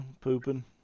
pooping